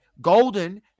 golden